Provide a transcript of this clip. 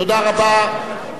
תודה רבה.